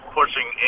pushing